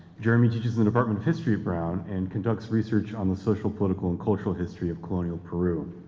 jeremy teaches in the department of history at brown and conducts research on the social, political, and cultural history of colonial peru.